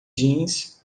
jeans